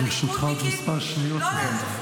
לרשותך עוד כמה שניות.